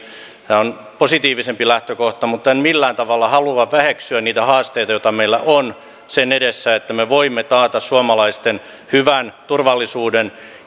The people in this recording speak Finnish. on positiivisempi lähtökohta mutta en millään tavalla halua väheksyä niitä haasteita joita meillä on edessä siinä että me voimme taata suomalaisten hyvän turvallisuuden